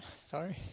Sorry